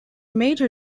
major